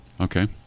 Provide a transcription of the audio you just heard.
Okay